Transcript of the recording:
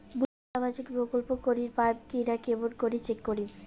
মুই সামাজিক প্রকল্প করির পাম কিনা কেমন করি চেক করিম?